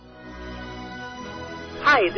Hi